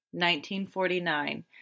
1949